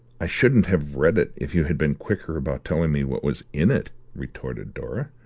i shouldn't have read it if you'd been quicker about telling me what was in it, retorted dora.